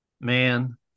Man